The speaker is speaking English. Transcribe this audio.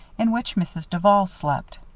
in which mrs. duval slept.